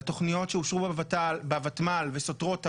תוכניות שאושרו בוותמ"ל וסותרות תמ"מ,